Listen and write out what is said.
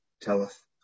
telleth